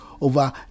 over